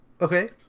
Okay